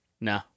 No